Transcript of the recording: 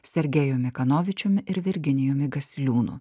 sergejumi kanovičiumi ir virginijumi gasiliūnu